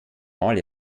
mal